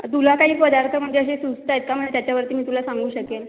तुला काही पदार्थ म्हणजे असे सुचत आहेत का म्हणजे त्याच्यावरती मी तुला सांगू शकेन